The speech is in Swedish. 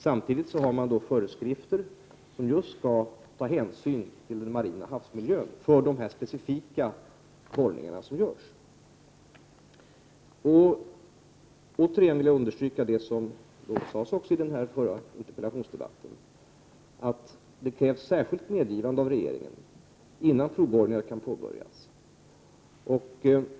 Samtidigt har man föreskrifter om att man skall ta hänsyn till den marina havsmiljön när det gäller de specifika borrningar som görs. Jag vill återigen understryka det som sades i den förra interpellationsdebatten, nämligen att det krävs särskilt medgivande av regeringen innan provborrningar kan påbörjas.